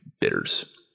bitters